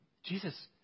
Jesus